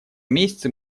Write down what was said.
месяцы